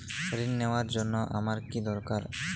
ঋণ নেওয়ার জন্য আমার কী দরকার?